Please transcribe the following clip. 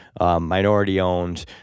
minority-owned